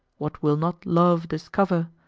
what will not love discover!